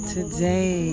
Today